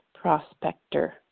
prospector